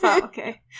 okay